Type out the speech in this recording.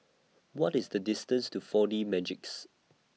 What IS The distance to four D Magix